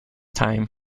time